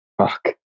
Fuck